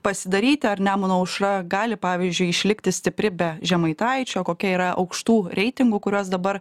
pasidaryti ar nemuno aušra gali pavyzdžiui išlikti stipri be žemaitaičio kokia yra aukštų reitingų kuriuos dabar